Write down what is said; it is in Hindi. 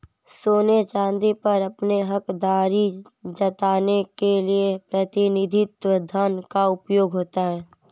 सोने चांदी पर अपनी हकदारी जताने के लिए प्रतिनिधि धन का उपयोग होता है